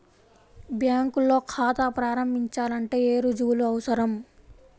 బ్యాంకులో ఖాతా ప్రారంభించాలంటే ఏ రుజువులు అవసరం?